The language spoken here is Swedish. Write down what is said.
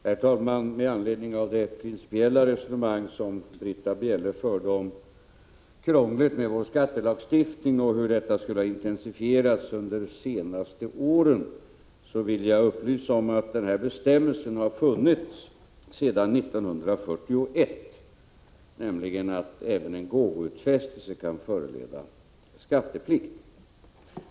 Herr talman! Med anledning av det principiella resonemang som Britta Bjelle förde om krånglet med vår skattelagstiftning och hur detta skulle ha intensifierats under de senaste åren vill jag upplysa om att den här bestämmelsen har funnits sedan 1941, nämligen att även en gåvoutfästelse kan föranleda skatteplikt.